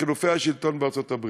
מחילופי השלטון בארצות-הברית.